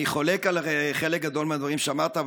אני חולק על חלק גדול מהדברים שאמרת,